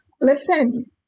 listen